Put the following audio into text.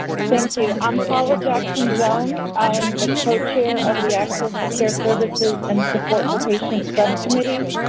thank you. i'm paula jackson jones. i'm the co-chair of the access to care services and support for patients subcommittee.